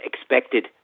expected